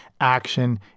action